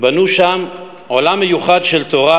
בנו שם עולם מיוחד של תורה,